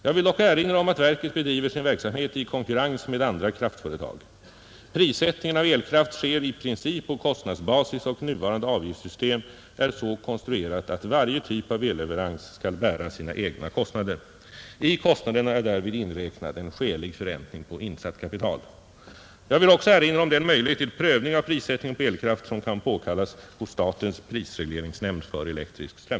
Jag vill dock erinra om att verket bedriver sin rörelse i konkurrens med andra kraftföretag. Prissättningen av elkraft sker i princip på kostnadsbasis, och nuvarande avgiftssystem är så konstruerat att varje typ av elleverans skall bära sina egna kostnader. I kostnaderna är därvid inräknad en skälig förräntning på insatt kapital. Jag vill också erinra om den möjlighet till prövning av prissättningen